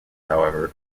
however